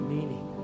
Meaning